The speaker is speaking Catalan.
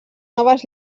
noves